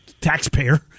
taxpayer